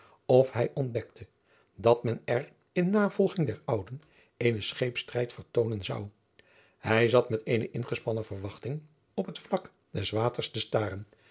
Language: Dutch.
of hij ontdekte dat men er in navolging der ouden eenen scheepstrijd vertoonen zou hij zat met eene ingespannen verwachting op het vlak des waters te staren